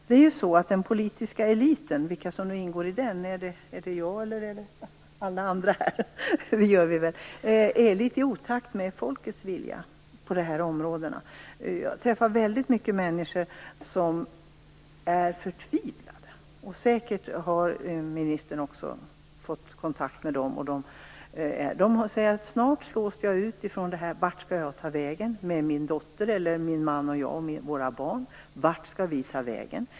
Det är ju så att den politiska eliten är litet i otakt med folkets vilja på dessa områden. Jag träffar väldigt många människor som är förtvivlade. Säkert har också ministern varit i kontakt med dem. De säger: Snart slås jag ut. Vart skall jag och min dotter eller min man och jag med våra barn ta vägen?